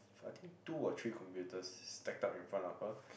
I think two or three computers stacked up in front of her